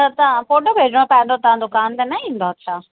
त तव्हां फोटो भेजो आहे तां दुकान ते न ईंदो छा